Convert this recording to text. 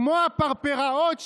כמו הפרפראות,